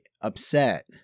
upset